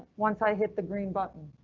once i hit the green button,